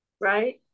right